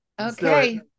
Okay